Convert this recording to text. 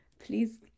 Please